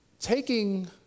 taking